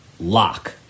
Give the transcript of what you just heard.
lock